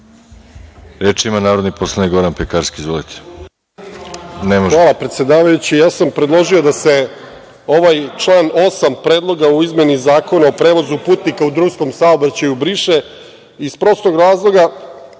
ima narodni poslanik Goran Pekarski. Izvolite.